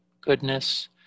Goodness